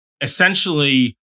essentially